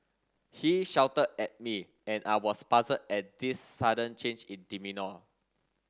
he shouted at me and I was puzzled at this sudden change in demeanour